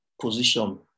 position